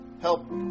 Help